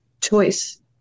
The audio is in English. choice